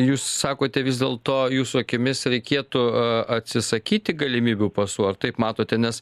jūs sakote vis dėlto jūsų akimis reikėtų atsisakyti galimybių pasų ar taip matote nes